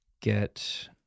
get